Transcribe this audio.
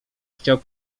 chciał